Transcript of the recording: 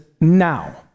now